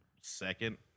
second